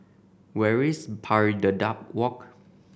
where is Pari Dedap Walk